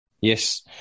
yes